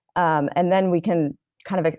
um and then we can kind of.